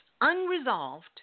unresolved